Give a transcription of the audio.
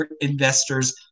investors